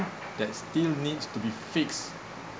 that still needs to be fixed